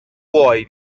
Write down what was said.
vuoi